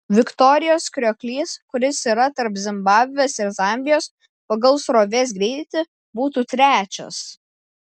viktorijos krioklys kuris yra tarp zimbabvės ir zambijos pagal srovės greitį būtų trečias